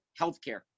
healthcare